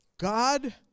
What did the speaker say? God